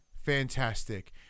fantastic